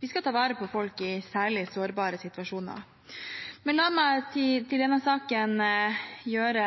Vi skal ta vare på folk i særlig sårbare situasjoner, men la meg til denne saken gjøre